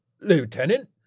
Lieutenant